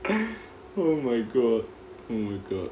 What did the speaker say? oh my god oh my god